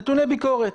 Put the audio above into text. נתוני ביקורת,